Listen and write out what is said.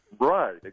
Right